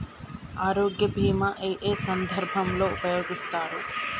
ఆరోగ్య బీమా ఏ ఏ సందర్భంలో ఉపయోగిస్తారు?